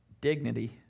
dignity